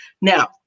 Now